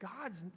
God's